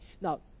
Now